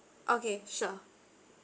okay sure